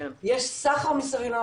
יש סחר מסביב.